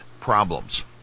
problems